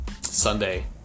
Sunday